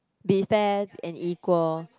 be fair and equal